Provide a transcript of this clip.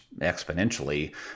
exponentially